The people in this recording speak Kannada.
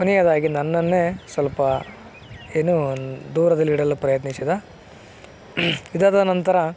ಕೊನೆಯದಾಗಿ ನನ್ನನ್ನೇ ಸ್ವಲ್ಪ ಏನು ದೂರದಲ್ಲಿಡಲು ಪ್ರಯತ್ನಿಸಿದ ಇದಾದ ನಂತರ